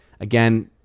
again